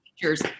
teachers